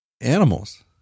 animals